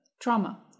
Trauma